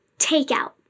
takeout